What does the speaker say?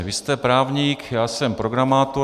Vy jste právník, já jsem programátor.